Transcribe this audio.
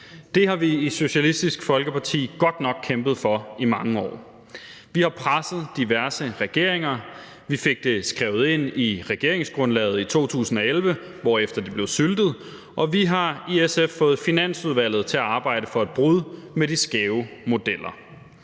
Det har vi i Socialistisk Folkeparti godt nok kæmpet for i mange år. Vi har presset diverse regeringer, vi fik det skrevet ind i regeringsgrundlaget i 2011, hvorefter det blev syltet, og vi har i SF fået Finansudvalget til at arbejde for et brud med de skæve modeller.